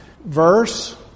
verse